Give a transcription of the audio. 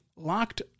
Locked